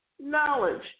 knowledge